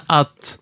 att